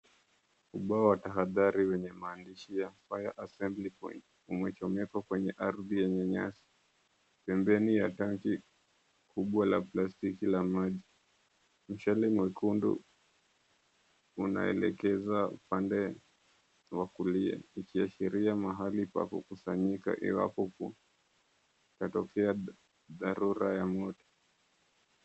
Ubao wa tahadhari wenye maandishi ya, Fire Assembly Point umechomekwa kwenye ardhi yenye nyasi. Pembeni ya tangi kubwa la plastiki la maji, mshale mwekundu, unaelekeza upande wa kulia, ikiashiria mahali pa kukusanyika, iwapo kutatokea dharura ya moto.